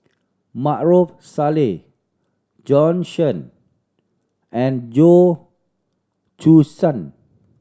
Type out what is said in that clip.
Maarof Salleh Jorn Shen and Goh Choo San